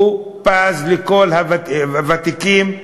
בז לכל הוותיקים,